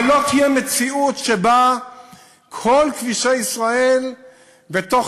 אבל לא תהיה מציאות שבה כל כבישי ישראל בתוך